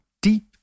deep